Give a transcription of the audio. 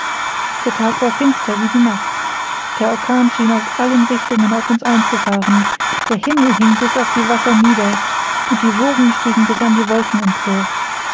der tag war finster wie die nacht der orkan schien aus allen richtungen auf uns einzufahren der himmel hing bis auf die wasser nieder und die wogen stiegen bis in die wolken empor